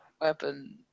weapon